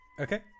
Okay